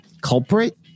Culprit